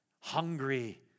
hungry